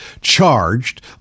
charged